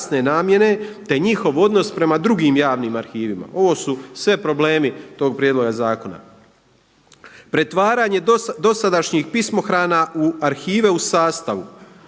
te njihov odnos prema drugim javnim arhivima. Ovo su sve problemi to prijedloga zakona. Pretvaranje dosadašnjih pismohrana u arhive u sastavu.